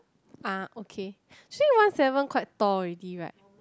ah okay actually one seven quite tall already right